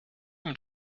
den